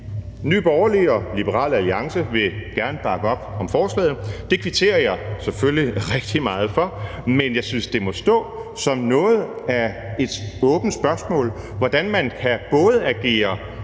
Nye Borgerlige og Liberal Alliance vil gerne bakke op om forslaget; det kvitterer jeg selvfølgelig rigtig meget for. Men jeg synes, at det må stå som noget af et åbent spørgsmål, hvordan man både kan agere